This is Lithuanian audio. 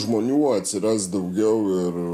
žmonių atsiras daugiau ir